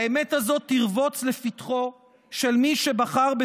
האמת הזאת תרבוץ לפתחו של מי שבחר,